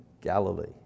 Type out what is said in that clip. Galilee